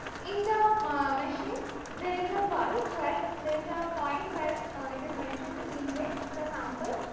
in the machine there is a valve where there is a point, where it is mentioned to inject the sample.